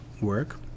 work